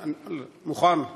מוכן.